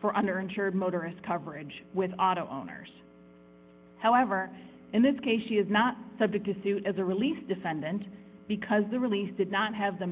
for under insured motorists coverage with auto owners however in this case she is not subject to suit as a release defendant because the release did not have the